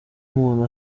umuntu